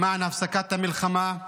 למען הפסקת המלחמה.